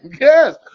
Yes